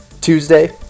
Tuesday